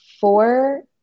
four